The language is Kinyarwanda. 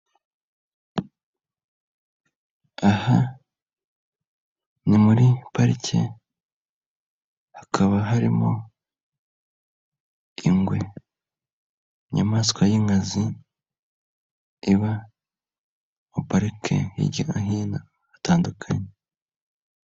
Aha ni muri parike hakaba harimo ingwe, inyamaswa y'inkazi iba mu parike hirya no hino hatandukanye.